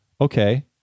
okay